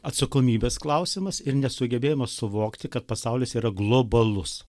atsakomybės klausimas ir nesugebėjimas suvokti kad pasaulis yra globalus